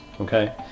okay